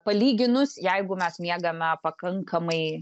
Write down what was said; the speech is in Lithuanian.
palyginus jeigu mes miegame pakankamai